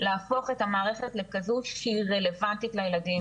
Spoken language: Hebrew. להפוך את המערכת לכזו שהיא רלוונטית לילדים.